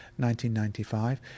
1995